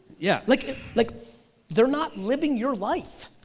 yeah. like like they're not living your life.